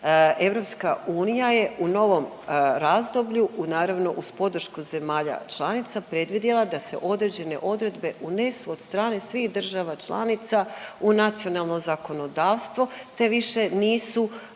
supsidijarnosti EU u novom razdoblju, naravno uz podršku zemalja članica predvidjela da se određene odredbe unesu od strane svih država članica u nacionalno zakonodavstvo te više nisu određene